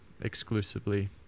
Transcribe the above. exclusively